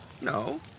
No